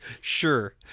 sure